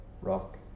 rock